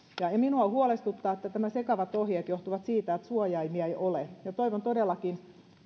minua huolestuttaa että nämä sekavat ohjeet johtuvat siitä että suojaimia ei ole ja toivon todellakin